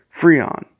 Freon